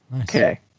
Okay